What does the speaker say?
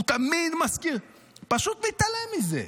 הוא תמיד מזכיר, פשוט מתעלם מזה.